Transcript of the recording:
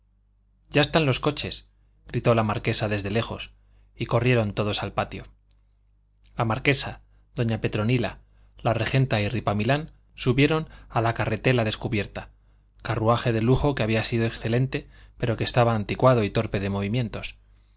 ya están los coches gritó la marquesa desde lejos y corrieron todos al patio la marquesa doña petronila la regenta y ripamilán subieron a la carretela descubierta carruaje de lujo que había sido excelente pero que estaba anticuado y torpe de movimientos